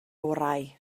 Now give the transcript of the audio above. orau